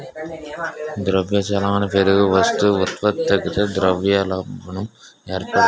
ద్రవ్య చలామణి పెరిగి వస్తు ఉత్పత్తి తగ్గితే ద్రవ్యోల్బణం ఏర్పడుతుంది